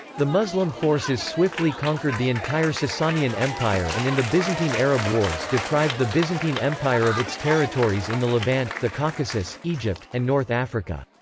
the muslim forces swiftly conquered the entire sasanian empire and in the byzantine-arab wars deprived the byzantine empire of its territories in the levant, the caucasus, egypt, and north africa.